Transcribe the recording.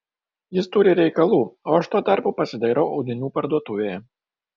jis turi reikalų o aš tuo tarpu pasidairau audinių parduotuvėje